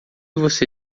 você